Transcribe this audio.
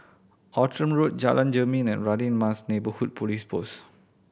Outram Road Jalan Jermin and Radin Mas Neighbourhood Police Post